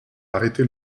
arrêter